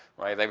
right? like